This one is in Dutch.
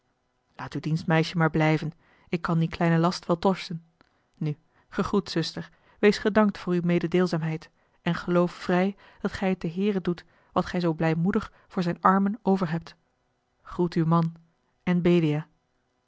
laat uw dienstmeisje maar blijven ik kan dien kleinen last wel torsen nu gegroet zuster wees gedankt voor uwe meedeelzaamheid en geloof vrij dat gij het den heere doet wat gij zoo blijmoedig voor zijne armen over hebt groet uw man en